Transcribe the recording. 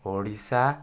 Odisha